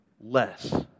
less